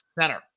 center